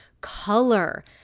color